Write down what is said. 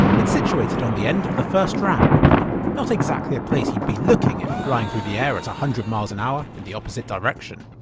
it's situated on the end of the first ramp not exactly a place you'd be looking if flying through the air at a hundred miles an hour in the opposite direction!